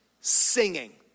singing